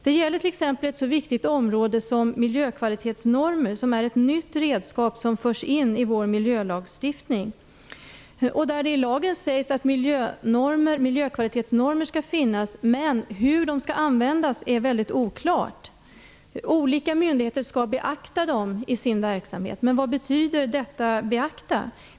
Det gäller t.ex. ett så viktigt område som miljökvalitetsnormer. Det är ett nytt redskap som förs in i vår miljölagstiftning. Det sägs i lagen att miljökvalitetsnormer skall finnas, men det är mycket oklart hur de skall användas. Olika myndigheter skall beakta dem i sin verksamhet. Men vad betyder detta ''beakta''?